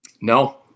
No